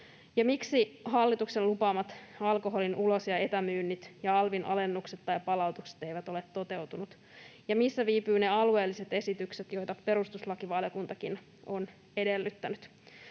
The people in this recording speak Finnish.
miksi hallituksen lupaamat alkoholin ulos- ja etämyynnit ja alvin alennukset tai palautukset eivät ole toteutuneet? Ja missä viipyvät ne alueelliset esitykset, joita perustuslakivaliokuntakin on edellyttänyt?